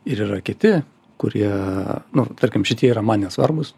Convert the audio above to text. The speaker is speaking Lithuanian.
ir yra kiti kurie nu tarkim šitie yra man nesvarbūs